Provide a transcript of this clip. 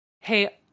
hey